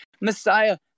Messiah